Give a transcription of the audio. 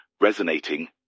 resonating